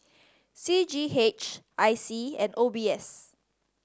C G H I C and O B S